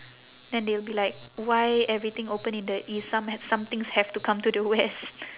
then they will be like why everything open in the east some h~ some things have to come to the west